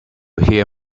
hear